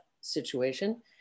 situation